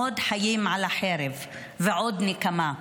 עוד חיים על החרב ועוד נקמה.